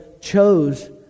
chose